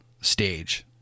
stage